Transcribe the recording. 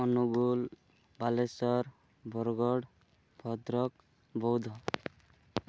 Angul Balasore Bargarh Bhadrak Boudh